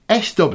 SW